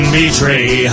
betray